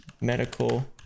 Medical